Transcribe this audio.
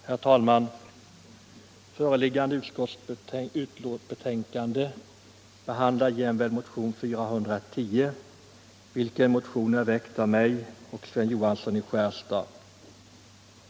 Herr talman! I föreliggande betänkande behandlas även motionen 1975/76:410 av mig och herr Johansson i Skärstad.